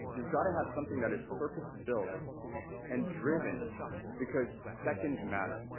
you've gotta have something that is purpose built and driven because seconds matter.